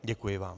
Děkuji vám.